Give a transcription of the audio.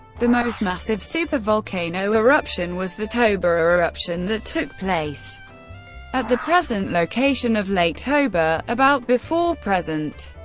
the most massive supervolcano eruption was the toba eruption that took place at the present location of lake toba, about before present.